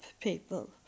people